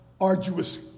arduous